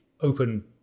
open